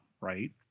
right